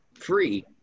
free